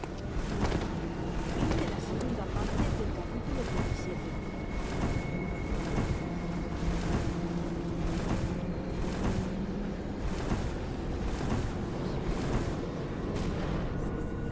la segunda parte de